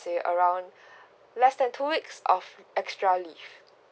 say around less than two weeks of extra leaves